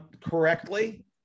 correctly